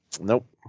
nope